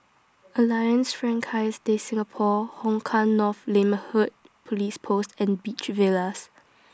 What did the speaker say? Alliance Francaise De Singapour Hong Kah North Neighbourhood Police Post and Beach Villas